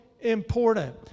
important